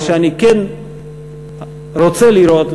מה שאני כן רוצה לראות,